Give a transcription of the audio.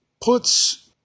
puts